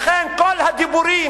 לכן כל הדיבורים